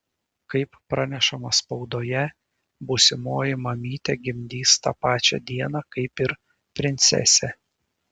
kaip pranešama spaudoje būsimoji mamytė gimdys tą pačią dieną kaip ir princesė